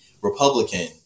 Republican